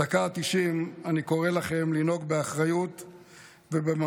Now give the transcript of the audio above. בדקה ה-90 אני קורא לכם לנהוג באחריות ובממלכתיות,